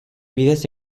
bidez